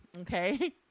Okay